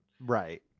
Right